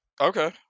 Okay